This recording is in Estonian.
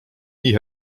nii